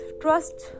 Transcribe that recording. trust